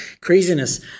craziness